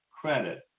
credit